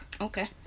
okay